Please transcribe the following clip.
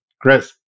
Chris